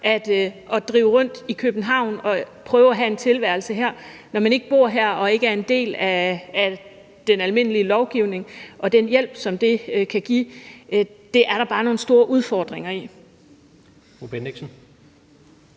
at drive rundt i København og prøve at have en tilværelse her, når man ikke bor her og ikke er underlagt den almindelige lovgivning og dermed ikke kan få den hjælp, er der bare nogle store udfordringer i.